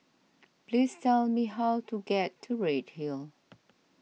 please tell me how to get to Redhill